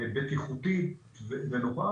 באופן בטיחותי ונח,